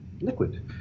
Liquid